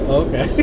okay